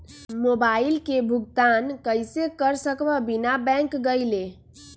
Mobile के भुगतान कईसे कर सकब बिना बैंक गईले?